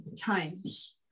times